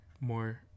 more